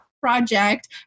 project